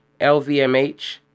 LVMH